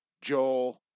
Joel